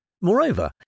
Moreover